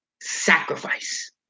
sacrifice